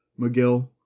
mcgill